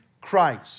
Christ